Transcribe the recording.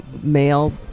male